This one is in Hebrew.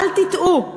אל תטעו.